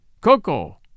Coco